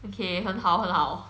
okay 很好很好